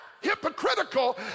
hypocritical